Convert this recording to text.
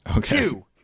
Two